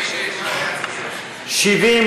71, להצביע.